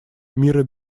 мира